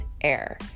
air